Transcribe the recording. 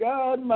God